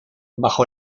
bajo